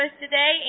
today